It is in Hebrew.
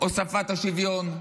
הוספת השוויון,